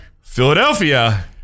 Philadelphia